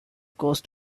caused